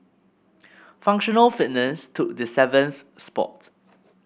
functional fitness took the seventh spot